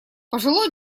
пожилой